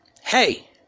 Hey